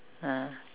ah